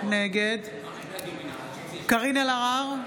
נגד קארין אלהרר,